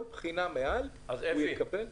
כל בחינה מעל הוא יקבל 30% פחות.